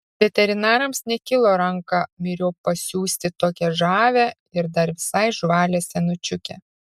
veterinarams nekilo ranką myriop pasiųsti tokią žavią ir dar visai žvalią senučiukę